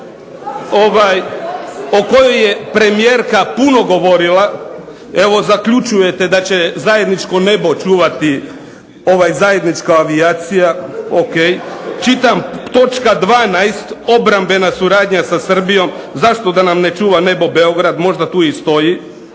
o kojoj je premijerka puno govorila, evo zaključujete da će zajedničko nebo čuvati zajednička avijacija o.k. Čitam točka 12. obrambena suradnja sa Srbijom, zašto da nam ne čuva nebo Beograd, možda tu i stoji,